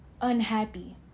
unhappy